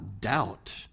doubt